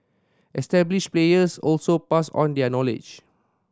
established players also pass on their knowledge